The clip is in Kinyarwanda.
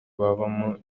babamo